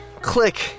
click